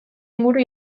inguru